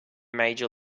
major